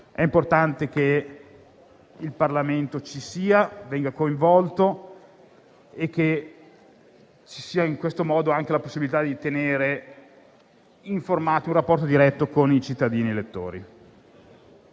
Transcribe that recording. È importante che il Parlamento ci sia, venga coinvolto e che in questo modo ci sia anche la possibilità di tenere un rapporto diretto con i cittadini elettori.